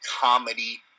comedy